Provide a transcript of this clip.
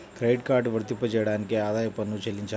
Credit card వర్తింపజేయడానికి ఆదాయపు పన్ను చెల్లించాలా?